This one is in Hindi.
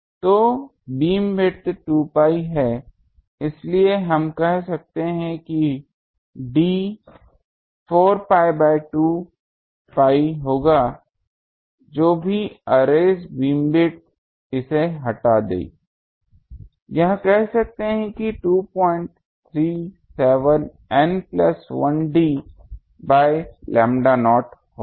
तो बीमविड्थ 2 pi है इसलिए हम कह सकते हैं कि d 4 pi बाय 2 pi होगा जो भी अर्रेस बीमविड्थ इसे हटा दें यह कहें कि यह 237 N plus 1 d by lambda naught होगा